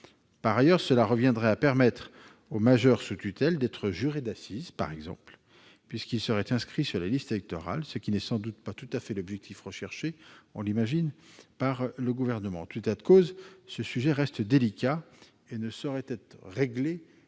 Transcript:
Par ailleurs, cela reviendrait à permettre aux majeurs sous tutelle d'être jurés d'assises, par exemple, puisqu'ils seraient inscrits sur les listes électorales, ce qui n'est sans doute pas tout à fait, j'imagine, l'objectif visé par le Gouvernement. En tout état de cause, ce sujet reste délicat et ne saurait être réglé